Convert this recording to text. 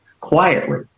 quietly